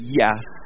yes